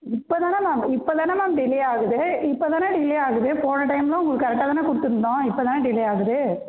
இப்போ தானே மேம் இப்போ தானே மேம் டிலே ஆகுது இப்போ தானே டிலே ஆகுது போன டைம்லாம் உங்களுக்கு கரெக்டாக தானே கொடுத்துருந்தோம் இப்போ தானே டிலே ஆகுது